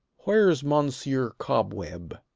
where's mounsieur cobweb?